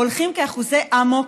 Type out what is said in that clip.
הולכים כאחוזי אמוק,